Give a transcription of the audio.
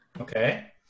Okay